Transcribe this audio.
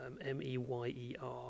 M-E-Y-E-R